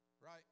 Right